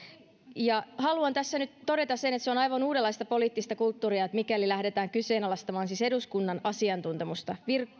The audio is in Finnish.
haluan tässä nyt todeta sen että on aivan uudenlaista poliittista kulttuuria mikäli lähdetään kyseenalaistamaan eduskunnan asiantuntemusta